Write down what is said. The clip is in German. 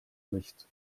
nicht